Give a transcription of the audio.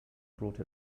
brought